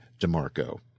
DeMarco